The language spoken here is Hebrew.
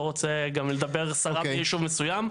לא רוצה גם לדבר סרה ביישוב מסוים.